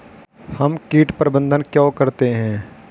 हम कीट प्रबंधन क्यों करते हैं?